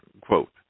quote